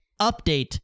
update